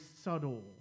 subtle